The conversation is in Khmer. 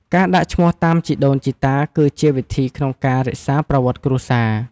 ការដាក់ឈ្មោះតាមជីដូនជីតា គឺជាវិធីក្នុងការរក្សាប្រវត្តិគ្រួសារ។